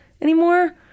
anymore